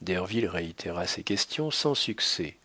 derville réitéra ses questions sans succès